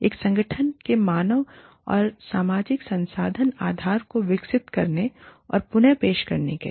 एक संगठन के मानव और सामाजिक संसाधन आधार को विकसित करने और पुन पेश करने के लिए